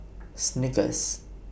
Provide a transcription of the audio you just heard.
Snickers